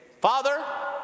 Father